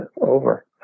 over